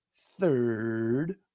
Third